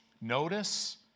Notice